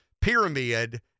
pyramid